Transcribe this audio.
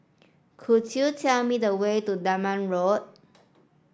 could you tell me the way to Denham Road